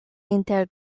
inter